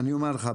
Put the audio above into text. אני אומר לך,